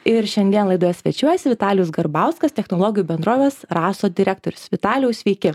ir šiandien laidoje svečiuojasi vitalijus garbauskas technologijų bendrovės raso direktorius vitalijau sveiki